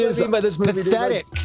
pathetic